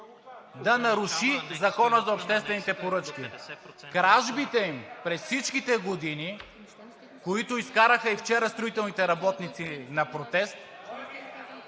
да наруши Закона за обществените поръчки. Кражбите им през всичките години, които изкараха и вчера строителните работници на протест…